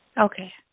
Okay